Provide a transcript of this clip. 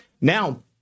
Now